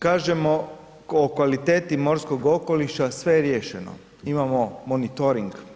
Kažemo o kvaliteti morskog okoliša, sve je riješeno, imamo monitoring.